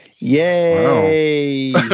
Yay